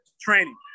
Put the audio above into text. Training